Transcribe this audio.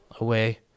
away